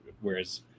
Whereas